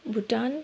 Bhutan